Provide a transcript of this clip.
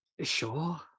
Sure